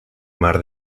mar